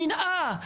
הקנאה,